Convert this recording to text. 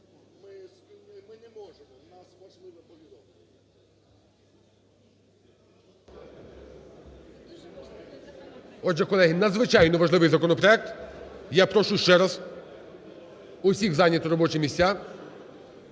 Отже, колеги, надзвичайно важливий законопроект і я прошу ще раз всіх зайняти робочі місця.